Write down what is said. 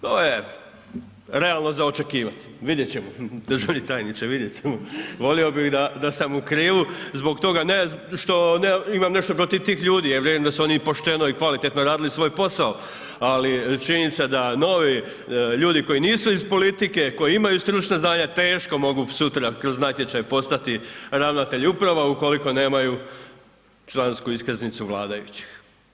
To je realno za očekivati, vidjet ćemo državni tajniče, vidjet ćemo, volio bih da sam u krivu zbog toga, ne što imam nešto protiv tih ljudi, ja vjerujem da su oni i pošteno i kvalitetno radili svoj posao, ali činjenica da novi ljudi koji nisu iz politike, koji imaju stručna znanja, teško mogu sutra kroz natječaj postati ravnatelji uprava ukoliko nemaju člansku iskaznicu vladajućih.